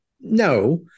No